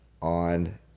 on